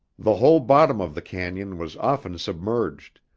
the whole bottom of the canon was often submerged,